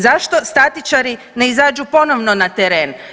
Zašto statičari ne izađu ponovno na teren?